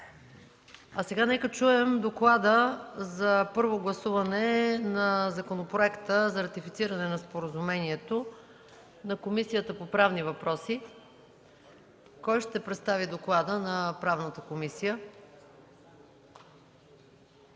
Сега да чуем доклада за първо гласуване на законопроекта за ратифициране на споразумението на Комисията по правни въпроси. Кой ще представи доклада? Господин Хамид,